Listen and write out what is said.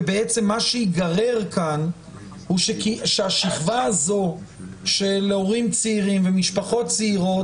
ומה שיגרם כאן שהשכבה הזו של הורים צעירים ומשפחות צעירות,